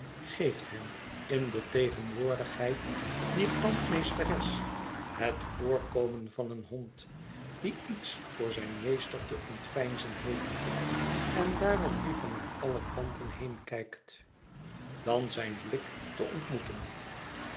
geeft hem in de tegenwoordigheid dier tandmeesteres het voorkomen van een hond die iets voor zijn meester f e ontveinzen heeft en daarom liever naar alle andere kanten heenkijkt dan zijn blik te ontmoeten